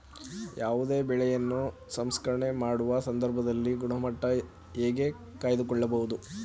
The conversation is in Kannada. ಯಾವುದೇ ಬೆಳೆಯನ್ನು ಸಂಸ್ಕರಣೆ ಮಾಡುವ ಸಂದರ್ಭದಲ್ಲಿ ಗುಣಮಟ್ಟ ಹೇಗೆ ಕಾಯ್ದು ಕೊಳ್ಳಬಹುದು?